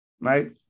right